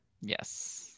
yes